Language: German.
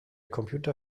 computer